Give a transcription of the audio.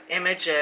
images